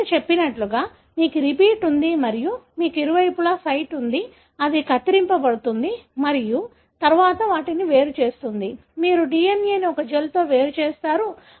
నేను చెప్పినట్లుగా మీకు రిపీట్ ఉంది మరియు మీకు ఇరువైపులా సైట్ ఉంది అది కత్తిరించబడుతుంది మరియు తరువాత వాటిని వేరు చేస్తుంది మీరు DNA ని ఒక జెల్లో వేరు చేస్తారు